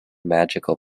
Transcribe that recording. magical